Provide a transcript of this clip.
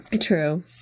True